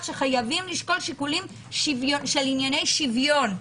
שחייבים לשקול שיקולים של ענייני שוויון.